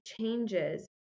changes